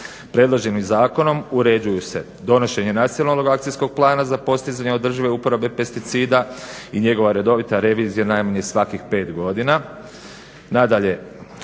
Predloženim zakonom uređuju se donošenje nacionalnog akcijskog plana za postizanje održive uporabe pesticida i njegova redovita revizija najmanje svakih 5 godina.